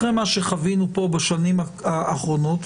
אחרי מה שחווינו פה בשנים האחרונות,